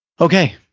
okay